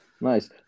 Nice